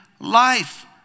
life